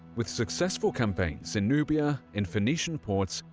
with successful campaigns in nubia, in phoenician ports,